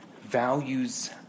values